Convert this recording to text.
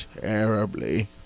terribly